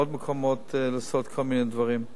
ובעוד כל מיני מקומות לעשות כל מיני דברים.